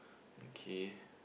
okay